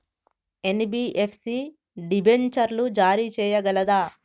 NBFC డిబెంచర్లు జారీ చేయగలదా?